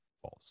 false